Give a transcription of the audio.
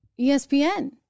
ESPN